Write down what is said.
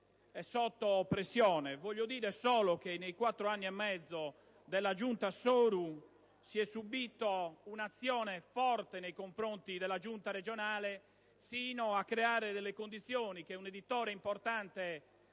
è sotto pressione. Voglio solo dire che nei quattro anni e mezzo della Giunta Soru si è subita un'azione forte nei confronti della Giunta regionale, sino a creare delle condizioni tali per cui, grazie